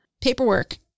paperwork